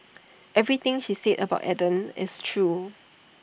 everything she said about Eden is true